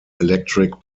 electric